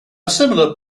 similar